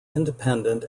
independent